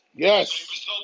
Yes